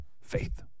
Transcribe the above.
faith